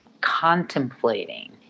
contemplating